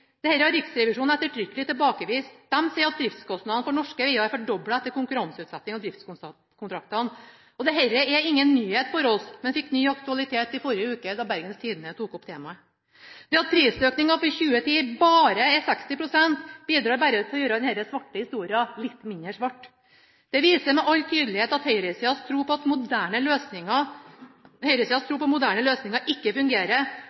har Riksrevisjonen ettertrykkelig tilbakevist. De sier at driftskostnadene for norske veger er fordoblet etter konkurranseutsettinga av driftskontraktene. Dette er ingen nyhet for oss, men fikk ny aktualitet i forrige uke, da Bergens Tidende tok opp temaet. Det at prisøkninga for 2010 bare var 60 pst., bidrar bare til å gjøre den svarte historien litt mindre svart. Dette viser med all tydelighet at høyresidas tro på moderne løsninger ikke fungerer.